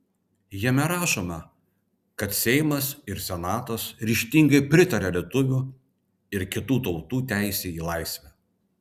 jame rašoma kad seimas ir senatas ryžtingai pritaria lietuvių ir kitų tautų teisei į laisvę